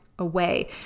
away